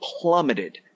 plummeted